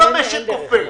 כל המשק קופא.